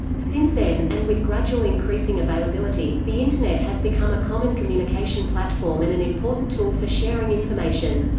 since then, and with gradual increasing availability, the internet has become a common communication platform and an important tool for sharing information.